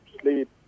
sleep